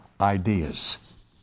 ideas